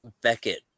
Beckett